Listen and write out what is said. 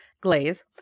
glaze